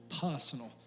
personal